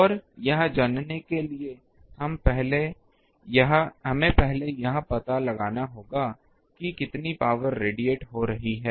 और यह जानने के लिए कि हमें पहले यह पता लगाना होगा कि कितनी पावर रेडिएट हो रही है